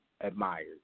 admired